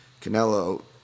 Canelo